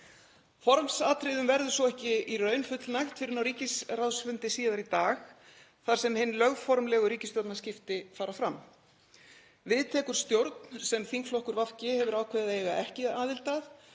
Formsatriðum verður svo ekki í raun fullnægt fyrr en á ríkisráðsfundi síðar í dag þar sem hin lögformlegu ríkisstjórnarskipti fara fram. Við tekur stjórn sem þingflokkur VG hefur ákveðið að eiga ekki aðild